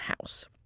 house